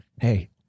hey